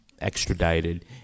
extradited